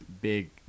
big